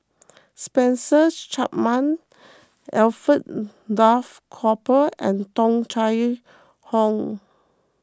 Spencer Chapman Alfred Duff Cooper and Tung Chye Hong